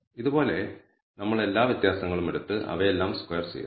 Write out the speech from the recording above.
ഇതുപോലെ നമ്മൾ എല്ലാ വ്യതാസങ്ങളും എടുത്ത് അവയെയെല്ലാം സ്ക്വയർ ചെയ്യുന്നു